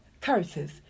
curses